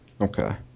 Okay